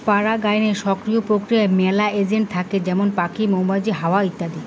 পরাগায়নের সক্রিয় প্রক্রিয়াতে মেলা এজেন্ট থাকে যেমন পাখি, মৌমাছি, হাওয়া ইত্যাদি